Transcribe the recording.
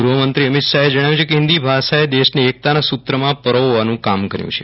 ગૃહમંત્રી અમિત શાહે જણાવ્યું છે કે હિંદી ભાષાએ દેશને એકતાના સૂત્રમાં પરોવવાનું કામ કર્યું છે